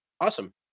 awesome